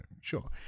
sure